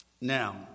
Now